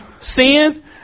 sin